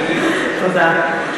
תודה.